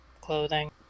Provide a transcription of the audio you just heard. Clothing